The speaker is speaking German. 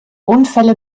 unfälle